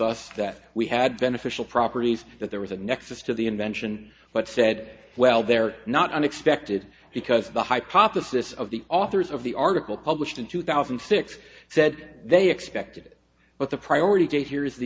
us that we had beneficial properties that there was a nexus to the invention but said well they're not unexpected because the hypothesis of the authors of the article published in two thousand and six said that they expected it but the priority date here is the